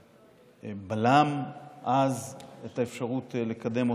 בלם אז את האפשרות לקדם אותה.